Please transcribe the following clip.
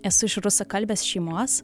esu iš rusakalbės šeimos